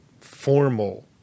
formal